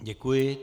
Děkuji.